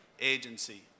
Agency